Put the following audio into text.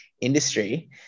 industry